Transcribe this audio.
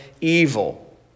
evil